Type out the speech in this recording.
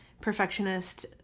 perfectionist